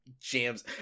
jams